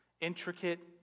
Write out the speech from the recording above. Intricate